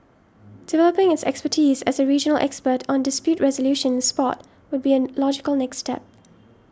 developing its expertise as a regional expert on dispute resolution in sport would be an logical next step